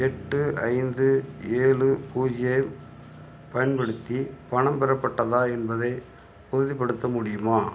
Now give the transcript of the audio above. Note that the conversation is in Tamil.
எட்டு ஐந்து ஏழு பூஜ்ஜியம் பயன்படுத்தி பணம் பெறப்பட்டதா என்பதை உறுதிப்படுத்த முடியுமா